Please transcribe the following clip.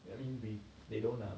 I mean they they don't ah